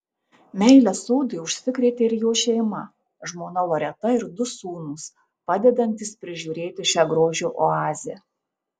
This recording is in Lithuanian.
meile sodui užsikrėtė ir jo šeima žmona loreta ir du sūnūs padedantys prižiūrėti šią grožio oazę